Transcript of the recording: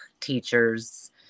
teachers